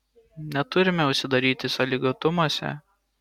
neturime užsidaryti sąlygotumuose